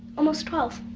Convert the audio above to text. almost twelve.